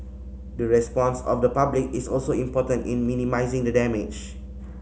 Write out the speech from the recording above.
the response of the public is also important in minimising the damage